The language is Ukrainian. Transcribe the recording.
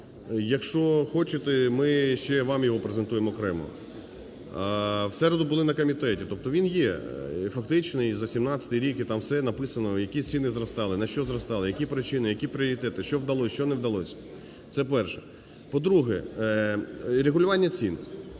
Якщо хочете, ми ще вам його презентуємо окремо. В середу були на комітеті. Тобто він є, і фактично, і за 17-й рік, і там все написано: які ціни зростали, на що зростали, які причини, які пріоритети, що вдалось, що не вдалось. Це перше. По-друге, регулювання цін.